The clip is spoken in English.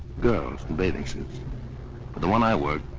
girls in bathing suits. but the one i worked,